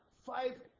five